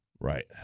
Right